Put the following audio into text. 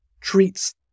treats